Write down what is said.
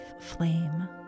flame